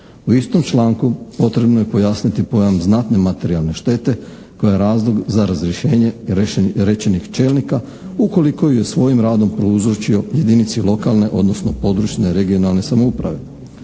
U istom članku potrebno je pojasniti pojam znatne materijalne štete koja je razlog za razrješenje rečenih čelnika ukoliko ju je svojim radom prouzročio jedinici lokalne, odnosno područne regionalne samouprave.